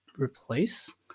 replace